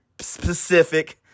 specific